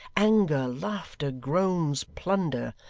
anger, laughter, groans, plunder,